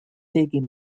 taking